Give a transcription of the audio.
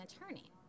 attorney